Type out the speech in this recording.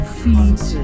feet